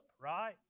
right